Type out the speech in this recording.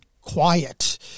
quiet